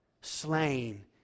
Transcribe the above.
Slain